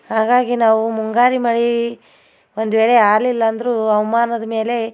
ಹಾಗಾಗಿ ನಾವು ಮುಂಗಾರು ಮಳೆ ಒಂದು ವೇಳೆ ಆಗ್ಲಿಲ್ಲ ಅಂದರೂ ಹವ್ಮಾನದ್ಮೇಲೆ